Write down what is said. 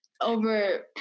over